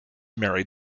married